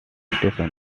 station